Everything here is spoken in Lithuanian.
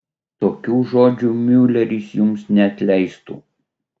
tokių žodžių miuleris jums neatleistų